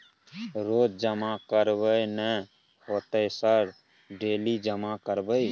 रोज जमा करबे नए होते सर डेली जमा करैबै?